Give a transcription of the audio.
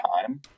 time